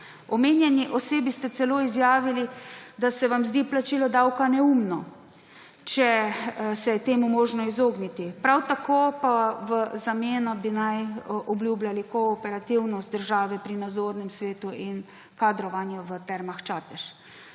Omenjeni osebi ste celo izjavili, da se vam zdi plačilo davka neumno, če se je temu možno izogniti. Prav tako pa naj bi v zameno obljubljali kooperativnost države pri nadzornem svetu in kadrovanju v Termah Čatež.